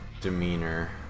demeanor